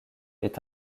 est